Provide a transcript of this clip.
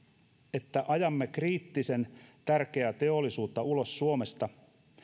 että ajamme kriittisen tärkeää teollisuutta ulos suomesta